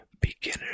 beginner